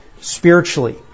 spiritually